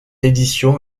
édition